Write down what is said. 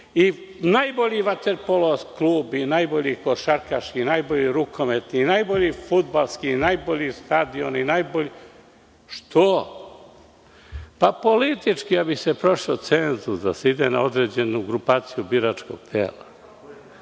i najbolji vaterpolo klub, i najbolji košarkaški, i najbolji rukometni, i najbolji fudbalski i najbolji stadioni. Što? Pa, politički da bi se prošao cenzus, da se ide na određenu grupaciju biračkog tela.